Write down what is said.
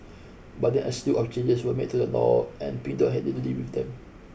but then a slew of changes were made to the law and Pink Dot had to deal with them